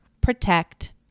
protect